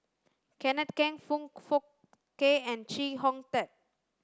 Kenneth Keng Foong Fook Kay and Chee Hong Tat